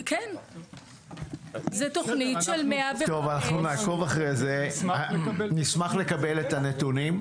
זו תוכנית של 105. נשמח לקבל את הנתונים.